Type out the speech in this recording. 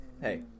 Hey